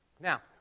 Now